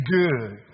good